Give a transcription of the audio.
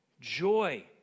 joy